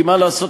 כי מה לעשות,